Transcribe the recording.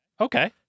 Okay